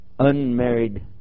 Unmarried